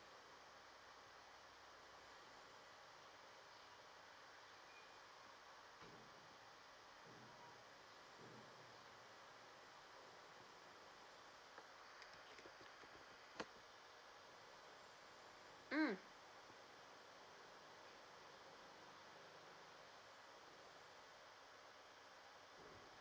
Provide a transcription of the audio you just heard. mm